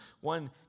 One